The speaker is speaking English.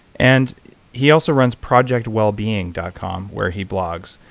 and he also runs projectwellbeing dot com where he blogs.